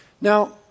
Now